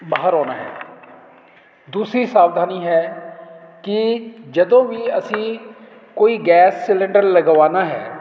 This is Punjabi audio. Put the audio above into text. ਬਾਹਰ ਆਉਣਾ ਹੈ ਦੂਸਰੀ ਸਾਵਧਾਨੀ ਹੈ ਕਿ ਜਦੋਂ ਵੀ ਅਸੀਂ ਕੋਈ ਗੈਸ ਸਲੰਡਰ ਲਗਵਾਉਣਾ ਹੈ